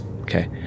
Okay